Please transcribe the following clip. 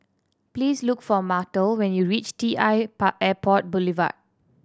please look for Myrtle when you reach T I Airport Boulevard